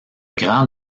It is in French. grand